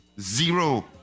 Zero